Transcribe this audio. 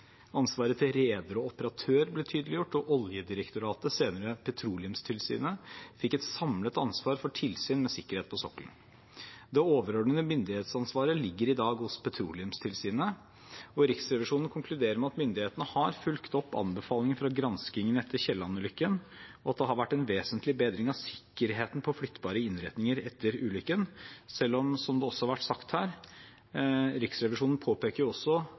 Ansvaret til reder og operatør ble tydeliggjort, og Oljedirektoratet, senere Petroleumstilsynet, fikk et samlet ansvar for tilsyn med sikkerhet på sokkelen. Det overordnete myndighetsansvaret ligger i dag hos Petroleumstilsynet. Riksrevisjonen konkluderer med at myndighetene har fulgt opp anbefalingene fra granskingen etter Kielland-ulykken, og at det har vært en vesentlig bedring av sikkerheten på flyttbare innretninger etter ulykken – selv om Riksrevisjonen, som det også har vært sagt her, også påpeker